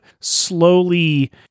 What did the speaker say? slowly